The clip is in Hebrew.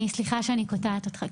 סליחה שאני קוטעת אותך.